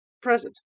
present